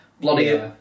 Bloody